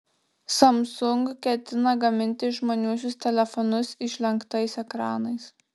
samsung ketina gaminti išmaniuosius telefonus išlenktais ekranais